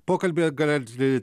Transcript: pokalbyje gali